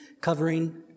covering